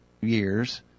years